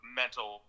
mental